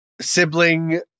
Sibling